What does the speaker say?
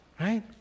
right